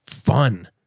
fun